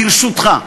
ברשותך?